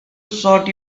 sort